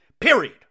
Period